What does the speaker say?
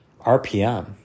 RPM